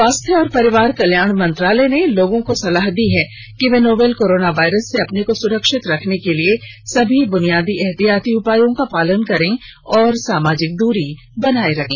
स्वास्थ्य और परिवार कल्याण मंत्रालय ने लोगों को सलाह दी है कि वे नोवल कोरोना वायरस से अपने को सुरक्षित रखने के लिए सभी बुनियादी एहतियाती उपायों का पालन करें और सामाजिक दूरी बनाए रखें